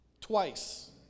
Twice